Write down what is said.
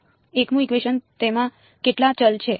1મું equation તેમાં કેટલા ચલ છે